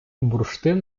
бурштин